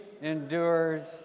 endures